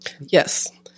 Yes